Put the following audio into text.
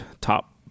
top